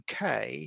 UK